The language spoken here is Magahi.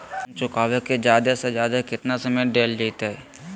लोन चुकाबे के जादे से जादे केतना समय डेल जयते?